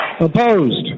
Opposed